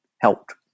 helped